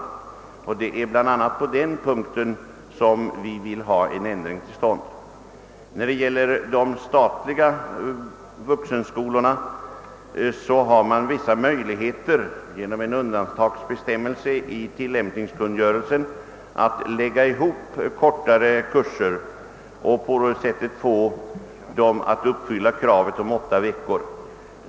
Det är bl.a. på denna punkt som vi vill få till stånd en ändring. När det gäller de statliga vuxen skolorna har man genom en undantagsbestämmelse i tillämpningskungörelsen vissa möjligheter att lägga ihop kortare kurser, så att de tillsammans uppfyller kravet om åtta veckors längd.